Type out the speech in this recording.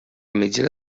mitgera